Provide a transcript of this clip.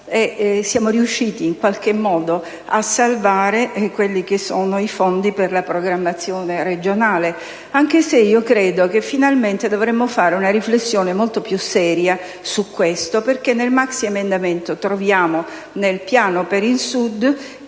siamo riusciti in qualche modo a salvare i fondi per la programmazione regionale, anche se credo che finalmente dovremmo fare una riflessione molto più seria su questo punto. Nel maxiemendamento troviamo infatti nel piano per il Sud che, con